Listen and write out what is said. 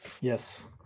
Yes